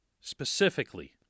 specifically